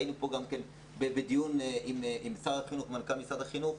היינו פה גם בדיון עם שר החינוך ומנכ"ל משרד החינוך.